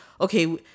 okay